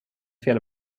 fel